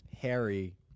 Harry